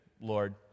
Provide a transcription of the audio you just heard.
Lord